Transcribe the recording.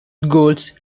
goals